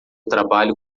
trabalho